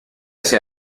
ese